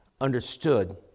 Understood